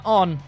on